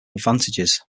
advantages